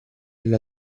alla